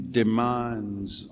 demands